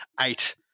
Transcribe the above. eight